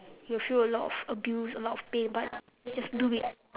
you feel a lot of abuse a lot of pain but just do it